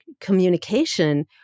communication